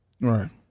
Right